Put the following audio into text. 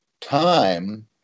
time